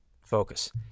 focus